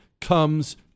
comes